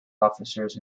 officers